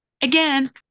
Again